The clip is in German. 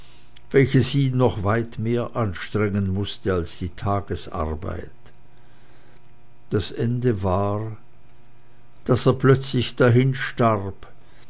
welches ihn noch weit mehr anstrengen mußte als die tagesarbeit das ende war daß er plötzlich